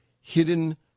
hidden